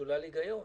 משולל הגיון.